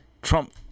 Trump